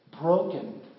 broken